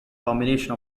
combination